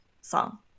song